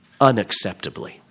unacceptably